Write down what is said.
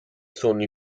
sono